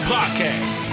Podcast